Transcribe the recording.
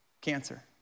cancer